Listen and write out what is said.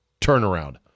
turnaround